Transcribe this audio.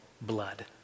blood